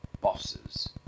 bosses